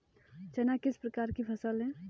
चना किस प्रकार की फसल है?